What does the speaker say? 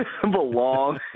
belong